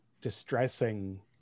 distressing